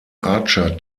archer